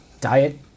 Diet